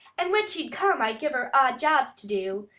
and when she'd come i'd give her odd jobs to do,